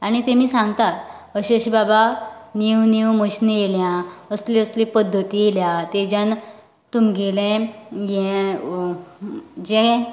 आनी तेमी सांगतात अशे अशे बाबा नीव नीव मशनी येल्या असले असले पद्दती येल्या तेज्यान तुमगेले हे जे